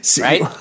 Right